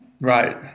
Right